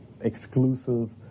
exclusive